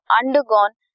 undergone